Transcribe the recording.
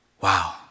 wow